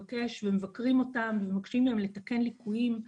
אנחנו מבקרים אותם ומבקשים מהם לתקן ליקויים.